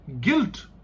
guilt